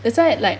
that's why like